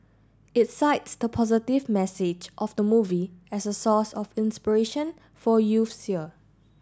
it cites the positive message of the movie as a source of inspiration for youths here